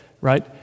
right